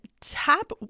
tap